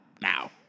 Now